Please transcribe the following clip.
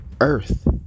earth